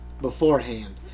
beforehand